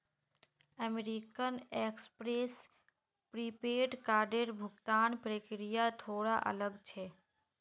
American Express prepaid कार्डेर भुगतान प्रक्रिया थोरा अलग छेक